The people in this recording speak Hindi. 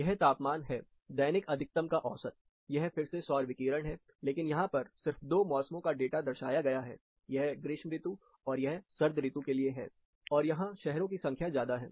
यह तापमान है दैनिक अधिकतम का औसत यह फिर से सौर विकिरण है लेकिन यहां पर सिर्फ दो मौसमों का डाटा दर्शाया गया है यह ग्रीष्म ऋतु और यह सर्द ऋतु के लिए है और यहां शहरों की संख्या ज्यादा है